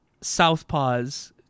Southpaws